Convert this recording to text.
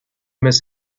miss